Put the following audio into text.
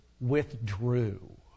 withdrew